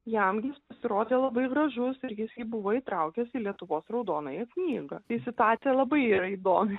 jam gi pasirodė labai gražus ir jis jį buvo įtraukęs į lietuvos raudonąją knygą tai situacija labai yra įdomi